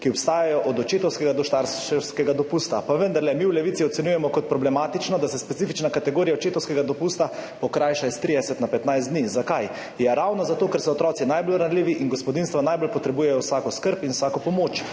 ki obstajajo, od očetovskega do starševskega dopusta. Pa vendarle, mi v Levici ocenjujemo kot problematično, da se specifična kategorija očetovskega dopusta pokrajša iz 30 na 15 dni. Zakaj? Ja ravno zato, ker so otroci najbolj ranljivi in gospodinjstva najbolj potrebujejo vsako skrb in vsako pomoč,